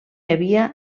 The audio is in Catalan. havia